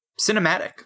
cinematic